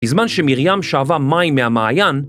בזמן שמרים שאבה מים מהמעיין...